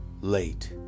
late